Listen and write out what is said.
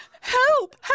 help